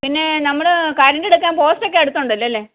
പിന്നെ നമ്മൾ കറണ്ട് എടുക്കാൻ പോസ്റ്റൊക്കെ അടുത്തുണ്ടല്ലോ അല്ലേ